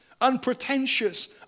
unpretentious